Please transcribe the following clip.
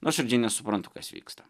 nuoširdžiai nesuprantu kas vyksta